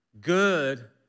good